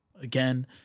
again